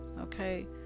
okay